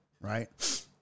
right